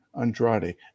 Andrade